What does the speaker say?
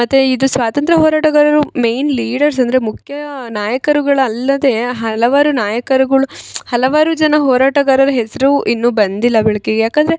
ಮತ್ತು ಇದು ಸ್ವಾತಂತ್ರ್ಯ ಹೋರಾಟಗಾರರು ಮೇಯ್ನ್ ಲೀಡರ್ಸ್ ಅಂದರೆ ಮುಖ್ಯ ನಾಯಕರುಗಳು ಅಲ್ಲದೆ ಹಲವಾರು ನಾಯಕರುಗಳು ಹಲವಾರು ಜನ ಹೋರಾಟಗಾರರ ಹೆಸರು ಇನ್ನು ಬಂದಿಲ್ಲ ಬೆಳಕಿಗೆ ಯಾಕಂದರೆ